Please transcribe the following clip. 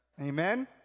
Amen